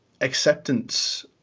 acceptance